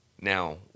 Now